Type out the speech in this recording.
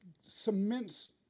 cements